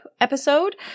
episode